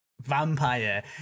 vampire